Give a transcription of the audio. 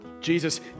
Jesus